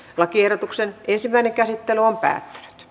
lakiehdotuksen ensimmäinen käsittely päättyi